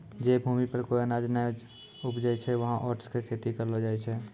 जै भूमि पर कोय अनाज नाय उपजै छै वहाँ ओट्स के खेती करलो जाय छै